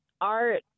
art